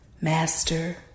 master